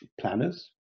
planners